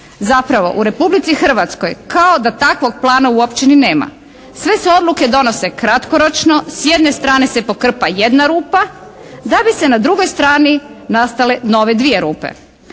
Zapravo u Republici Hrvatskoj kao da takvog plana uopće ni nema. Sve se odluke donose kratkoročno. S jedne strane se pokrpa jedna rupa, da bi se na drugoj strani nastale nove dvoje rupe.